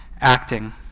acting